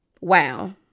wow